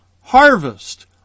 harvest